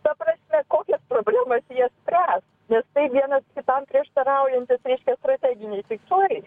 ta prasme kokias problemas jie spręs nes vienas kitam prieštaraujantys reiškia strateginiai tikslai